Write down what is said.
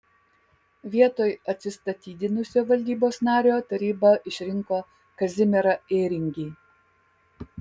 vietoj atsistatydinusio valdybos nario taryba išrinko kazimierą ėringį